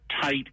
tight